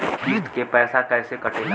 किस्त के पैसा कैसे कटेला?